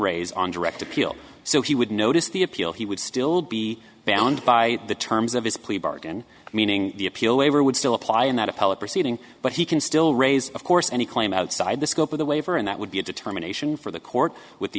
raise on direct appeal so he would notice the appeal he would still be bound by the terms of his plea bargain meaning the appeal waiver would still apply in that appellate proceeding but he can still raise of course any claim outside the scope of the waiver and that would be a determination for the court with the